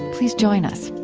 please join us